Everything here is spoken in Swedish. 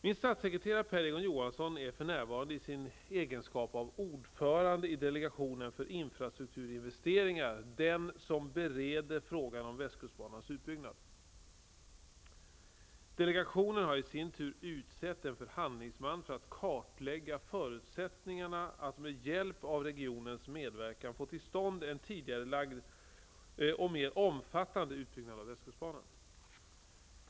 Min statssekreterare Per Egon Johansson är för närvarande, i sin egenskap av ordförande i delegationen för infrastrukturinvesteringar, den som bereder frågan om västkustbanans utbyggnad. Delegationen har i sin tur utsett en förhandlingsman för att kartlägga förutsättningarna att med hjälp av regionens medverkan få till stånd en tidigarelagd och mer omfattande utbyggnad av västkustbanan.